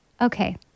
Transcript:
okay